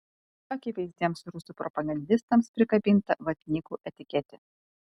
akivaizdiems rusų propagandistams prikabinta vatnikų etiketė